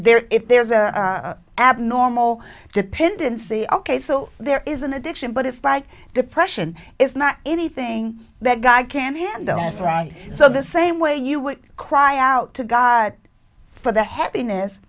there if there's a abnormal dependency ok so there is an addiction but it's like depression it's not anything that guy can handle this right so the same way you would cry out to god for the happiness